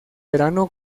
verano